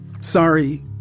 Sorry